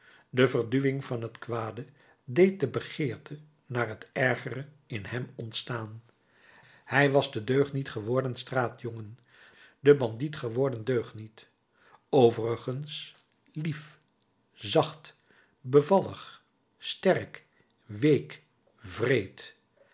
de verduwing van het kwade deed de begeerte naar het ergere in hem ontstaan hij was de deugniet geworden straatjongen de bandiet geworden deugniet overigens lief zacht bevallig sterk week wreed